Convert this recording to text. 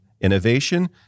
innovation